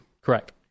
Correct